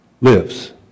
lives